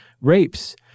rapes